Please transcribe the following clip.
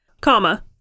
comma